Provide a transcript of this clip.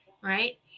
right